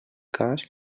cas